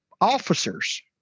officers